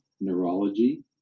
Neurology